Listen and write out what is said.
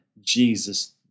Jesus